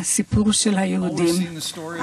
בסיפורו של העם היהודי תמיד